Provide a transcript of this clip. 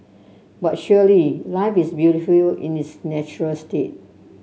but surely life is beautiful you in its natural state